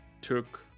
took